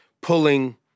pulling